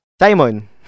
Simon